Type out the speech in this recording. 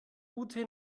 ute